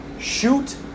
Shoot